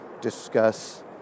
discuss